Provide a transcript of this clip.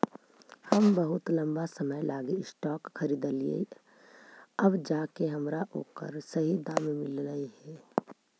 हम बहुत लंबा समय लागी स्टॉक खरीदलिअइ अब जाके हमरा ओकर सही दाम मिललई हे